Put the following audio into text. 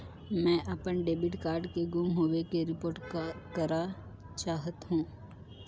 मैं अपन debit card के गुम होवे के रिपोर्ट करा चाहत हों